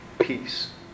peace